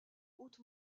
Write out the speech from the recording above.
haute